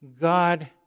God